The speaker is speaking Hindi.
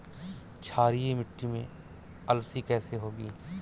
क्षारीय मिट्टी में अलसी कैसे होगी?